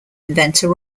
inventor